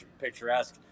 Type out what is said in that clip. picturesque